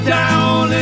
down